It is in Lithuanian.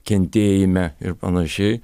kentėjime ir panašiai